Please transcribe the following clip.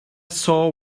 saw